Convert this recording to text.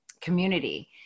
community